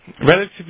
relatively